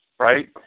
Right